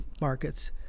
markets